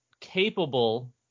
capable